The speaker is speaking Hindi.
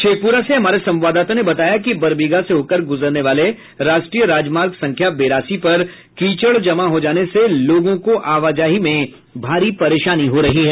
शेखपुरा से हमारे संवाददाता ने बताया कि बरबीघा से होकर गुजरने वाले राष्ट्रीय राजमार्ग संख्या बेरासी पर कीचड़ जमा हो जाने से लोगों को आवाजाही में भारी परेशानी हो रही है